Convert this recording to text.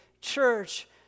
church